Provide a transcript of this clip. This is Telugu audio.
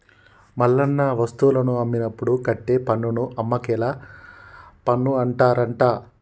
మల్లన్న వస్తువులను అమ్మినప్పుడు కట్టే పన్నును అమ్మకేల పన్ను అంటారట